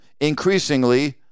increasingly